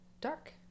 dark